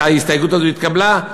וההסתייגות הזאת התקבלה,